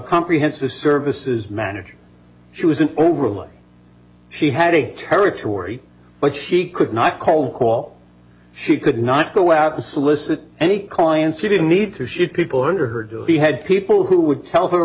comprehensive services manager she was an overly she had a territory but she could not call the call she could not go out to solicit any clients she didn't need to shit people under her do be had people who would tell her